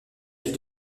vie